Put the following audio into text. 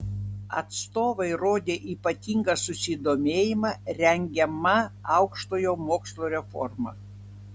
atstovai rodė ypatingą susidomėjimą rengiama aukštojo mokslo reforma